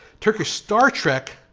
turkish star trek,